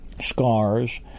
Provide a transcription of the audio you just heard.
scars